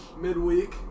midweek